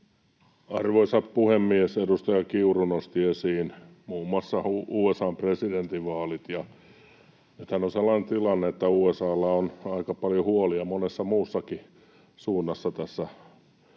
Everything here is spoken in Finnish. Arvoisa puhemies! Edustaja Kiuru nosti esiin muun muassa USA:n presidentinvaalit. Nythän on sellainen tilanne, että USA:lla on aika paljon huolia monessa muussakin suunnassa tässä maailmassa,